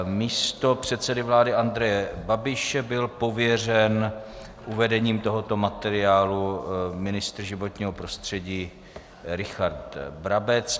Místo předsedy vlády Andreje Babiše byl pověřen uvedením tohoto materiálu ministr životního prostředí Richard Brabec.